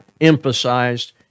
emphasized